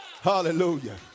Hallelujah